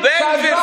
בן גביר,